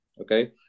Okay